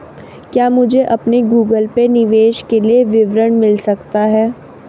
क्या मुझे अपने गूगल पे निवेश के लिए विवरण मिल सकता है?